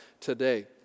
today